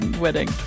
wedding